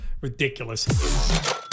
Ridiculous